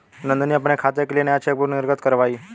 नंदनी अपने खाते के लिए नया चेकबुक निर्गत कारवाई